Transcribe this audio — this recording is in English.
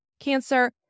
cancer